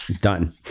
done